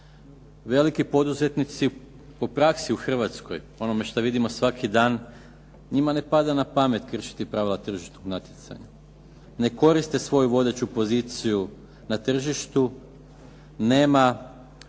Veliki poduzetnici po praksi u Hrvatskoj, onome šta vidimo svaki dan, njima ne pada na pamet kršiti pravila tržišnog natjecanja. Ne koriste svoju vodeću poziciju na tržištu, nema